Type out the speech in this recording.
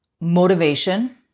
motivation